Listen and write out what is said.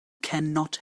cannot